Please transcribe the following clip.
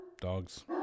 Dogs